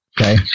okay